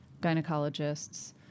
gynecologists